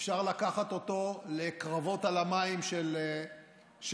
אפשר לקחת אותו לקרבות על המים של טרם